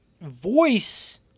voice